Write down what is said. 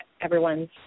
everyone's